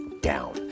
down